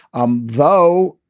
um though,